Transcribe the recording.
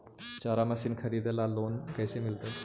चारा मशिन खरीदे ल लोन कैसे मिलतै?